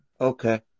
Okay